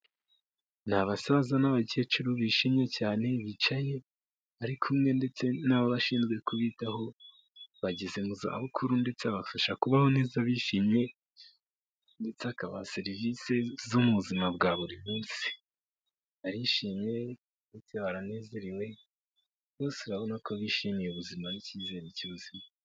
Ni abasaza n'abakecuru bishimye cyane bicaye bari kumwe ndetse n'abashinzwe kubitaho bageze mu zabukuru ndetse babafasha kubaho neza bishimye ndetse bakabaha serivisi zo mu buzima bwa buri munsi, barishimye ndetse baranezerewe bose urabona ko bishimiye ubuzima n'icyizere cy'ubuzima.